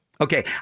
Okay